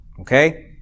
okay